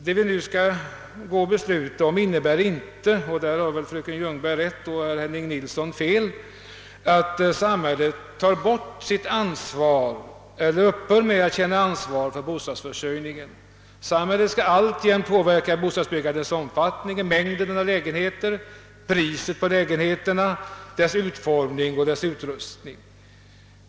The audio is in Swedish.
Det vi nu skall besluta om innebär inte — och härvidlag har väl fröken Ljungberg rätt och herr Nilsson i Gävle fel — att samhället upphör att känna ansvar för bostadsförsörjningen. Samhället skall alltjämt påverka bostadsbyggandets omfattning, mängden av lägenheter, priset på dem, deras utformning och utrustning.